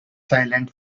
silent